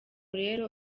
rero